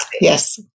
Yes